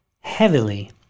heavily